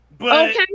Okay